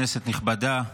כנסת נכבדה,